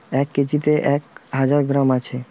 এক কেজিতে এক হাজার গ্রাম আছে